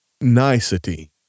nicety